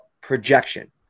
projection